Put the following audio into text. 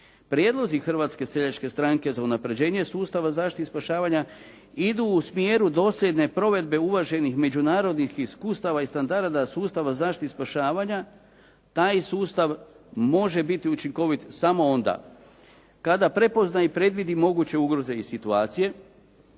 Prijedlozi Hrvatske seljačke stranke za unapređenje sustava zaštite i spašavanja idu u smjeru dosljedne provedbe uvaženih međunarodnih iskustava i standarda sustava zaštite i spašavanja. Taj sustav može biti učinkovit samo onda kada prepozna i predvidi moguće ugroze i situacije,